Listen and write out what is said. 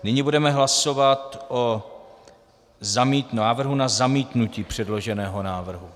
Nyní budeme hlasovat o návrhu na zamítnutí předloženého návrhu.